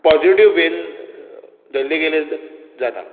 positive वेन धरल्ली गेली जाता